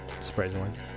surprisingly